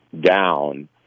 down